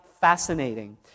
fascinating